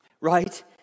right